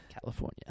California